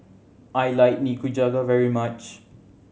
I like Nikujaga very much